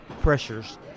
pressures